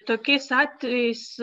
tokiais atvejais